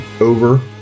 over